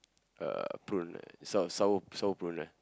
uh prune sour sour sour prune ah